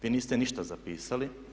Vi niste ništa zapisali.